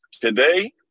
Today